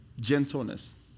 Gentleness